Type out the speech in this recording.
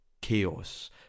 chaos